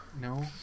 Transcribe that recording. no